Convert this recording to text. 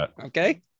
Okay